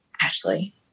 Ashley